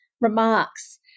remarks